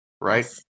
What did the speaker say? right